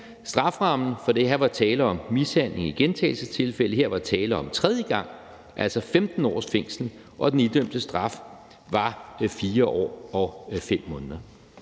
Strafferammen – fordi der her var tale om mishandling i gentagelsestilfælde, og her var der tale om tredje gang – var 15 års fængsel, og den idømte straf var 4 år og 5 måneder.